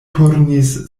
turnis